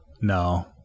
No